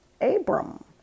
Abram